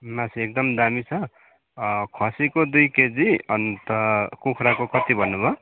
मासु एकदम दामी छ खसीको दुई केजी अन्त कुखुराको कति भन्नुभयो